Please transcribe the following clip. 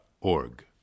org